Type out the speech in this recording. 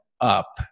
up